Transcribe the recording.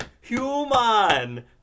Human